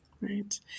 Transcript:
Right